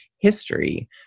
history